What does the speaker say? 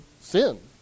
sin